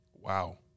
Wow